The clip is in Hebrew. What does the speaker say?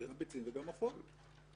גם ביצים וגם עופות.